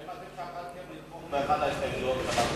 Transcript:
האם אתם שקלתם לתמוך באחת ההסתייגויות שלנו?